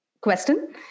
question